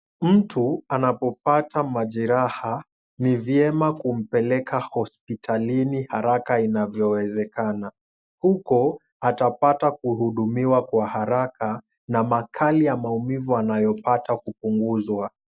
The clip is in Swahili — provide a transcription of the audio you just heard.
Mtu anapopata majeraha ni vyema kumpeleka hospitalini haraka inavyowezekana. Huko, atapata kuhudumiwa kwa haraka na makali ya maumivu anayopata kupunguzwa.